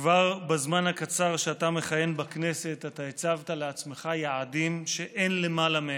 כבר בזמן הקצר שאתה מכהן בכנסת אתה הצבת לעצמך יעדים שאין למעלה מהם: